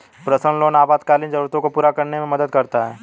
personal loan आपातकालीन जरूरतों को पूरा करने में मदद कर सकता है